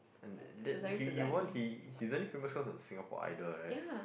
and that that he he won he he's only famous because of the Singapore Idol right